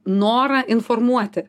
norą informuoti